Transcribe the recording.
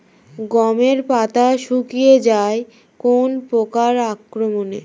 গমের পাতা শুকিয়ে যায় কোন পোকার আক্রমনে?